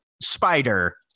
spider